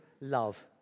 love